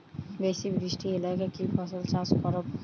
বেশি বৃষ্টি এলাকায় কি ফসল চাষ করব?